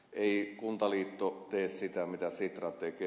ei kuntaliitto tee sitä mitä sitra tekee